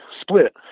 split